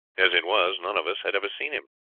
as it was, none of us had ever seen him.